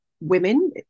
women